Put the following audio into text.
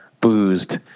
boozed